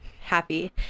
happy